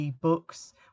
books